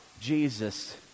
Jesus